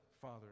Father